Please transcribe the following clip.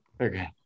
Okay